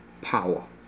power